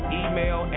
email